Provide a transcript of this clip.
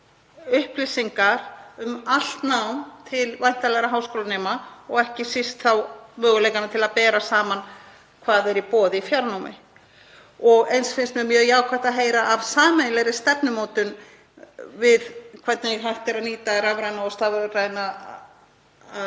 upplýsingar um allt nám til væntanlegra háskólanema, ekki síst vegna möguleikans á að bera saman hvað er í boði í fjarnámi. Eins finnst mér mjög jákvætt að heyra af sameiginlegri stefnumótun við hvernig hægt er að nýta rafræna og stafræna